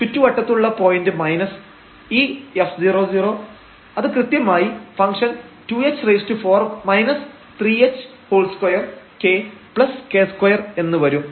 ചുറ്റുവട്ടത്തുള്ള point minus ഈ f00 അത് കൃത്യമായി ഫംഗ്ഷൻ 4 2 kk2 എന്ന് വരും